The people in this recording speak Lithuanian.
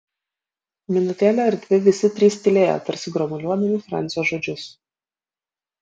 minutėlę ar dvi visi trys tylėjo tarsi gromuliuodami francio žodžius